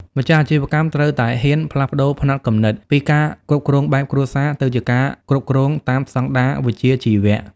ម្ចាស់អាជីវកម្មត្រូវតែហ៊ាន "ផ្លាស់ប្តូរផ្នត់គំនិត" ពីការគ្រប់គ្រងបែបគ្រួសារ ទៅជាការគ្រប់គ្រងតាមស្ដង់ដារវិជ្ជាជីវៈ។